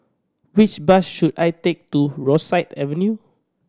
which bus should I take to Rosyth Avenue